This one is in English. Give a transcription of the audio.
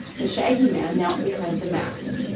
the shaggy man knelt behind the mast.